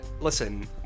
listen